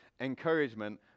encouragement